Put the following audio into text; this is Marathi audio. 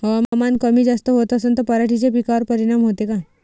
हवामान कमी जास्त होत असन त पराटीच्या पिकावर परिनाम होते का?